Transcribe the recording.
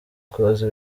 close